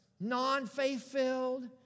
non-faith-filled